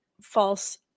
false